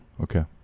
Okay